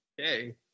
Okay